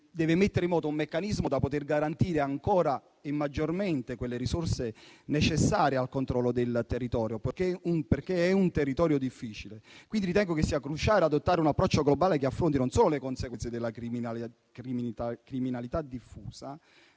deve mettere in moto un meccanismo tale da poter garantire ancora e maggiormente quelle risorse necessarie al controllo del territorio, perché è difficile. Ritengo sia cruciale adottare un approccio globale che affronti non solo le conseguenze della criminalità diffusa,